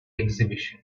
exhibition